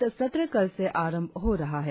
budget सत्र कल से आरंभ हो रहा है